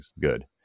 Good